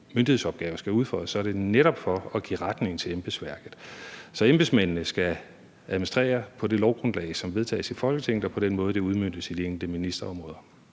myndighedsopgave skal udføres, er det netop for at give retning til embedsværket. Så embedsmændene skal administrere på det lovgrundlag, som vedtages i Folketinget, og på den måde, det udmøntes på de enkelte ministerområder.